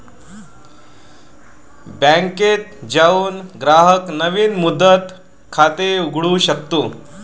बँकेत जाऊन ग्राहक नवीन मुदत खाते उघडू शकतो